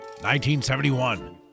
1971